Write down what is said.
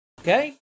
Okay